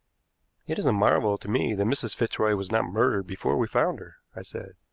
it is a marvel to me that mrs. fitzroy was not murdered before we found her, i said.